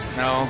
no